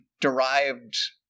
derived